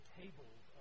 tables